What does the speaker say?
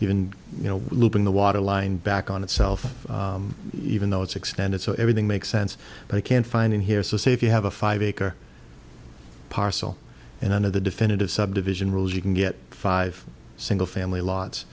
even you know looping the waterline back on itself even though it's extended so everything makes sense but i can't find in here so say if you have a five acre parcel in one of the definitive subdivision rules you can get five single family l